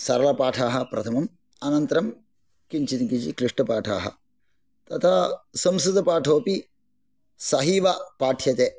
सरलपाठः प्रथमम् अनन्तरं किञ्चित् किञ्चित् क्लिष्ठपाठाः तथा संस्कृतपाठोपि सहैव पाठ्यते